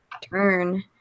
turn